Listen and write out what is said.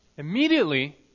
Immediately